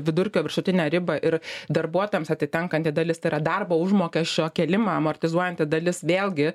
vidurkio viršutinę ribą ir darbuotojams atitenkanti dalis tai yra darbo užmokesčio kėlimą amortizuojanti dalis vėlgi